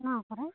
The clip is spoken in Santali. ᱱᱚᱶᱟ ᱠᱚᱨᱮ